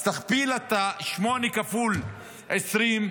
אז תכפיל אתה, שמונה כפול 20,